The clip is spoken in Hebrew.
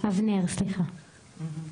שלום.